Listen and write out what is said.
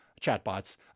chatbots